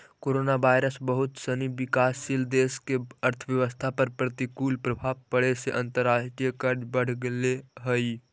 coronavirus बहुत सनी विकासशील देश के अर्थव्यवस्था पर प्रतिकूल प्रभाव पड़े से अंतर्राष्ट्रीय कर्ज बढ़ गेले हई